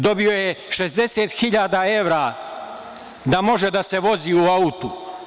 Dobio je 60 hiljada evra da može da se vozi u autu.